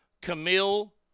Camille